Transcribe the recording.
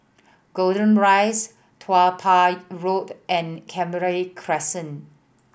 Golden Rise Tiong Poh Road and Canberra Crescent